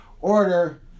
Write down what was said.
order